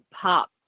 pop